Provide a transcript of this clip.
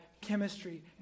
chemistry